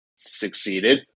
Succeeded